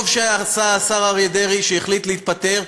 טוב עשה השר אריה דרעי שהחליט להתפטר,